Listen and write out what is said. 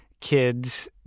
kids